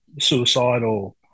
suicidal